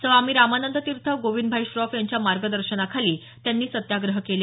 स्वामी रामानंद तीर्थ गोविंदभाई श्रॉफ यांच्या मार्गदर्शनाखाली त्यांनी सत्याग्रह केले